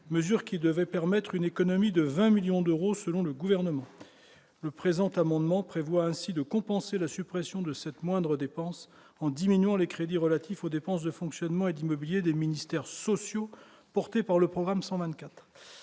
mesure qui devait permettre une économie de 20 millions d'euros, selon le gouvernement, le présent amendement prévoit ainsi de compenser la suppression de cette moindres dépenses en diminuant les crédits relatifs aux dépenses de fonctionnement et d'immobilier des ministères sociaux porté par le programme 124